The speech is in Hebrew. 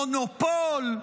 מונופול.